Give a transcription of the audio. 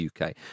UK